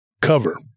cover